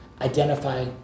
identify